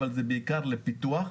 אבל זה בעיקר לפיתוח,